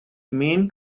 main